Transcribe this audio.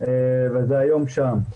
והיום זה שם.